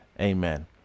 Amen